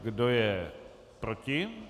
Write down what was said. Kdo je proti?